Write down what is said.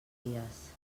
dies